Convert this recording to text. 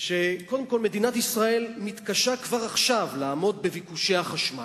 שקודם כול מדינת ישראל מתקשה כבר עכשיו לעמוד בביקושי החשמל.